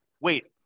wait